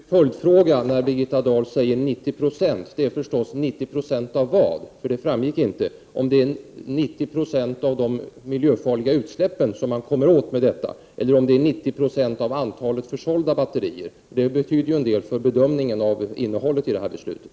Herr talman! En naturlig följdfråga, när Birgitta Dahl säger 90 96, blir förstås: 90 26 av vad? Det framgick inte om det är 90 96 av de miljöfarliga utsläppen som man kommer åt eller om det är 90 970 av antalet sålda 1 batterier. Det betyder en del för bedömningen av innehållet i beslutet.